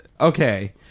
okay